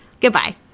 Goodbye